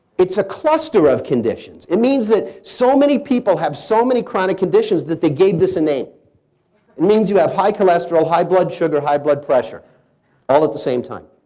it's a cluster of conditions. it means that so many people have so many chronic conditions that they gave this a name. it means you have high cholesterol, high blood sugar, high blood pressure all at the same time.